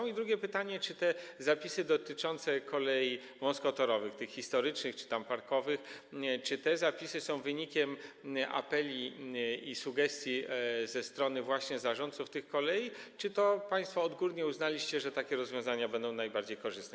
I drugie pytanie: Czy zapisy dotyczące kolei wąskotorowych, tych historycznych czy tam parkowych, są wynikiem apeli i sugestii ze strony właśnie zarządców tych kolei, czy to państwo odgórnie uznaliście, że takie rozwiązania będą najbardziej korzystne?